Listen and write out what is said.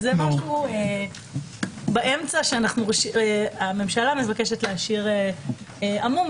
זה משהו באמצע שהממשלה מבקשת להשאיר עמום,